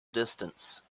distance